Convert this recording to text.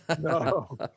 No